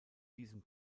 diesem